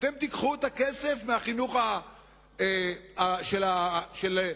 אתם תיקחו את הכסף מהחינוך של החרדים?